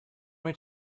many